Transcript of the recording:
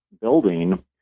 building